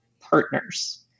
partners